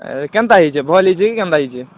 ଏ କେନ୍ତା ହେଇଛି ଭଲ୍ ହେଇଛେ କି କେନ୍ତା ହେଇଛେ